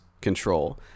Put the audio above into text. control